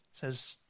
says